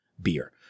beer